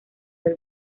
del